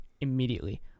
immediately